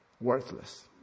Worthless